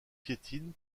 piétine